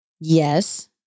Yes